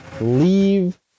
leave